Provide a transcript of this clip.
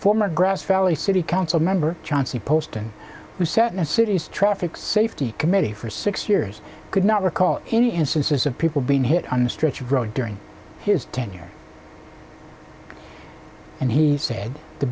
former grass valley city council member chauncey poston who said and city's traffic safety committee for six years could not recall any instances of people being hit on a stretch of road during his tenure and he said the